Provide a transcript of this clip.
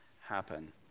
happen